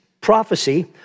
prophecy